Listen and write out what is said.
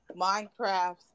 Minecraft